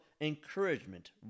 encouragement